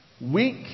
weak